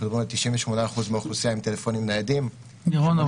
אנחנו מדברים על 98% מהאוכלוסייה עם טלפונים ניידים -- לירון,